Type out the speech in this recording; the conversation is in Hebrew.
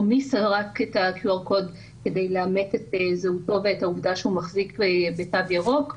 מי סרק כדי לאמת את זהותו ואת העובדה שהוא מחזיק בתו ירוק,